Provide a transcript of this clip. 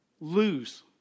lose